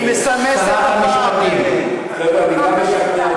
היא מסמסת, חבר'ה,